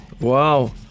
Wow